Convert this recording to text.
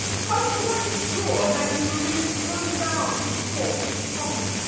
how shall i be sure, had you remained unbound in thought and promise,